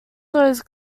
those